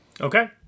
okay